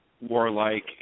warlike